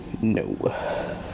No